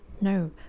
no